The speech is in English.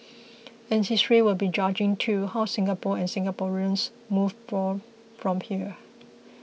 and history will be judging too how Singapore and Singaporeans move forth from here